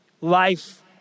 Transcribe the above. Life